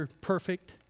Perfect